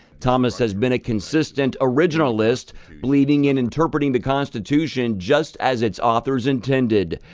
thomas has been a consistent originalist bleeding in interpreting the constitution just as its authors intended.